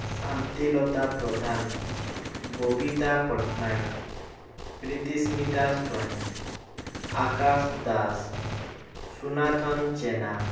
Shantilata Pradhan Babita Pattanayak Pritismita Swain Akash Das Sunathan Jena